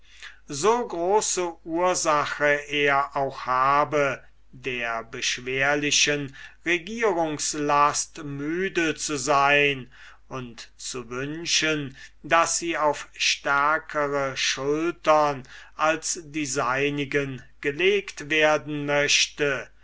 so große ursache er auch habe der beschwerlichen regierungslast müde zu sein und zu wünschen daß sie auf stärkere schultern als die seinigen gelegt werden möchte